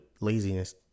laziness